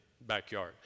backyard